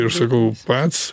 ir sakau pats